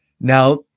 now